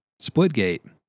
Splitgate